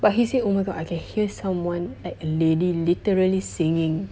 but he said oh my god I can hear someone like a lady literally singing